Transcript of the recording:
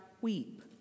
weep